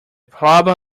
problem